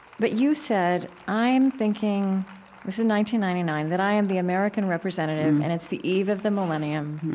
but you said, i'm thinking this is ninety ninety nine that i am the american representative, and it's the eve of the millennium.